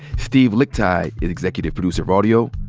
steve lickteig is executive producer of audio.